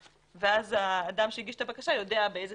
ואז האדם שהגיש את הבקשה יודע באיזה